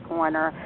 Corner